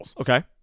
Okay